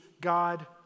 God